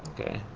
okay.